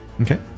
Okay